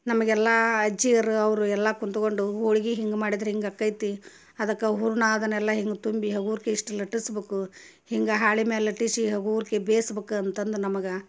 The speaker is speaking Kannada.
ನಮಗೆ ಎಲ್ಲ ಅಜ್ಜಿಯರು ಅವರು ಎಲ್ಲ ಕುತ್ಕೊಂಡು ಹೋಳ್ಗೆ ಹಿಂಗೆ ಮಾಡಿದರೆ ಹಿಂಗೆ ಅಕೈತಿ ಅದಕ್ಕೆ ಹೂರಣ ಅದನ್ನೆಲ್ಲ ಹಿಂಗೆ ತುಂಬಿ ಹಗುರ್ಕೆ ಇಷ್ಟು ಲಟ್ಟಸ್ಬೇಕು ಹಿಂಗೆ ಹಾಳೆ ಮ್ಯಾಲೆ ಲಟ್ಟಿಸಿ ಹಗೂರಕ್ಕೆ ಬೇಸ್ಬಕು ಅಂತಂದು ನಮಗೆ